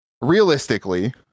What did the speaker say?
realistically